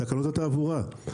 בתקנות התעבורה.